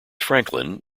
franklin